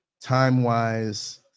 time-wise